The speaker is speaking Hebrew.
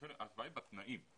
ההשוואה היא בתנאים.